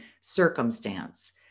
circumstance